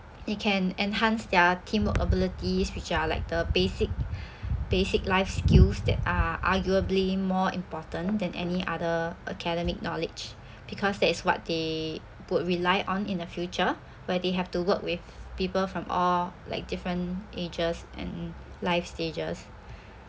they can enhance their teamwork abilities which are like the basic basic life skills that are arguably more important than any other academic knowledge because that is what they would rely on in the future where they have to work with people from all like different ages and life stages